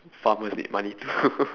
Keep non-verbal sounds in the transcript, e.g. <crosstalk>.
farmers need money too <laughs>